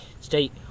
state